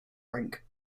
rink